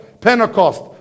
Pentecost